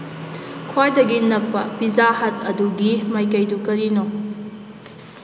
ꯈ꯭ꯋꯥꯏꯗꯒꯤ ꯅꯛꯄ Pizza Hut ꯑꯗꯨꯒꯤ ꯃꯥꯏꯀꯩꯗꯨ ꯀꯔꯤꯅꯣ